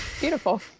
beautiful